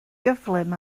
gyflym